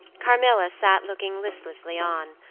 carmilla sat looking listlessly on,